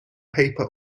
paper